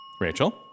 Rachel